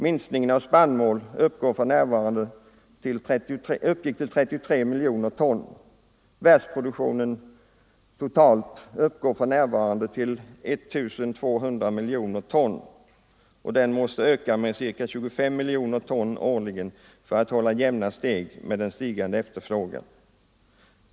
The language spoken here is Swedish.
Minskningen uppgick till 33 miljoner ton. Världsproduktionen av spannmål uppgår för närvarande till 1 200 miljoner ton och måste öka med ca 25 miljoner ton årligen för att hålla jämna steg med den stigande efterfrågan.